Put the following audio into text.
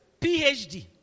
PhD